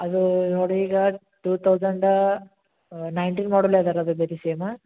ಅದು ನೋಡಿರಿ ಈಗ ಟೂ ತೌಸಂಡ ನೈನ್ಟೀನ್ ಮಾಡೆಲ್ ಇದೇರಿ ಅದು ಬೇಕಿದ್ರ್ ಸೇಮಾ